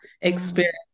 experience